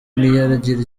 ntiyagira